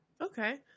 Okay